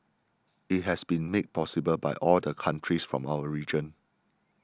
it has been made possible by all the countries from our region